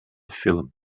film